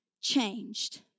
changed